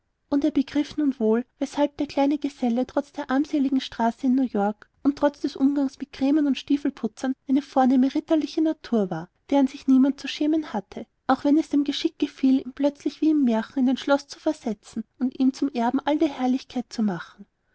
und er begriff nun wohl weshalb der kleine geselle trotz der armseligen straße in new york und trotz des umgangs mit krämern und stiefelputzern eine vornehme ritterliche natur war deren sich niemand zu schämen hatte auch wenn es dem geschick gefiel ihn plötzlich wie im märchen in ein schloß zu versetzen und ihn zum erben all der herrlichkeit zu machen